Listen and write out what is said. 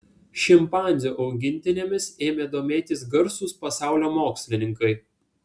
šimpanzių augintinėmis ėmė domėtis garsūs pasaulio mokslininkai